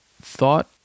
thought